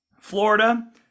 Florida